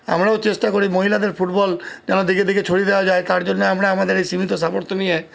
আমরাও চেষ্টা করি মহিলাদের ফুটবল যেন দিকে দিকে ছড়িয়ে দেওয়া যায় তার জন্য আমরা আমাদের এই সীমিত সামর্থ্য নিয়ে